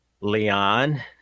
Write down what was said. Leon